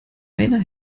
einer